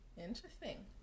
Interesting